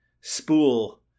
Spool